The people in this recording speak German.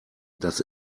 das